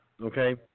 Okay